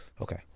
Okay